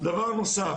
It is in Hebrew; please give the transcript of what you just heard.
דבר נוסף